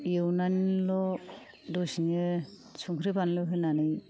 एवनानैल' दसेनो संख्रि फानलु होनानै